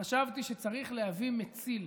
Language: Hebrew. חשבתי שצריך להביא מציל,